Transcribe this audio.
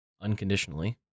unconditionally